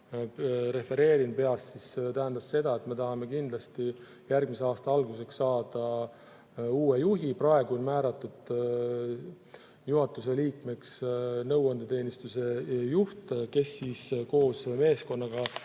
refereerin – tähendas seda, et me tahame kindlasti järgmise aasta alguseks saada uue juhi. Praegu on määratud juhatuse liikmeks nõuandeteenistuse juht, kes koos meeskonnaga